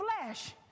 flesh